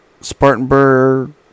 Spartanburg